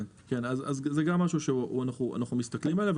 גם זה משהו שאנחנו מסתכלים עליו.